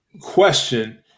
question